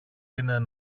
είναι